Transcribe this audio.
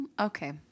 Okay